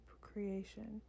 creation